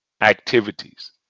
activities